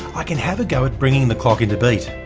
i can have a go at bringing the clock into beat.